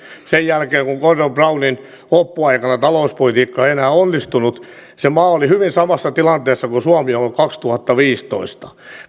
sen jälkeen kun gordon brownin loppuaikana talouspolitiikka ei enää onnistunut niin se maa oli hyvin samassa tilanteessa kuin suomi on ollut kaksituhattaviisitoista